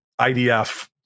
IDF